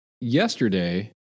yesterday